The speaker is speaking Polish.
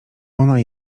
ona